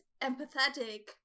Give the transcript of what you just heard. empathetic